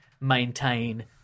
maintain